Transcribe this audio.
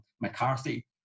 McCarthy